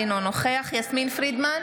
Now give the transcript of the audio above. אינו נוכח יסמין פרידמן,